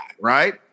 right